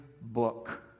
book